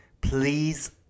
Please